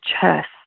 chest